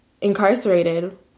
incarcerated